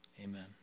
amen